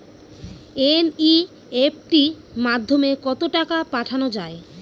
NEFT মাধ্যমে কত টাকা পাঠানো যায়?